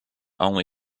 only